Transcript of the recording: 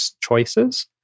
choices